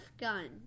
gun